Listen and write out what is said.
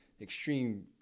extreme